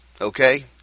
okay